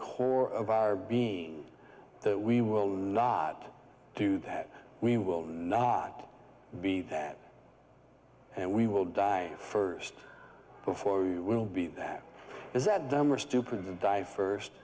core of our being that we will not do that we will not be that and we will die first before you will be that is that dumb or stupid and die first